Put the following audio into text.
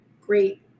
great